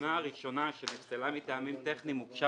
התלונה הראשונה שנפסלה מטעמים טכניים הוגשה